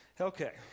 okay